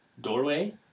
doorway